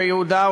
ביהודה,